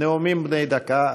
נאומים בני דקה?